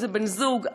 בן-זוג,